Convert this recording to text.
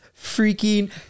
freaking